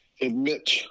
admit